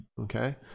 Okay